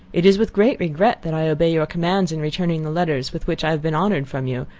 it is with great regret that i obey your commands in returning the letters with which i have been honoured from you,